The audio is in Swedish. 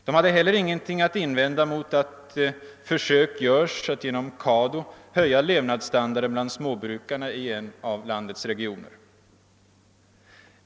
De hade heller ingenting att invända mot att försök görs att genom CADU höja levnadsstandarden bland småbrukarna i en av landets regioner.